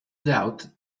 doubt